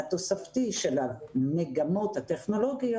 התוספתי של המגמות הטכנולוגיות,